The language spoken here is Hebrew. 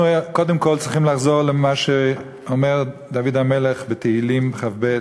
אנחנו קודם כול צריכים לחזור למה שאומר דוד המלך בתהילים כ"ב: